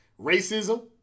racism